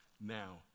Now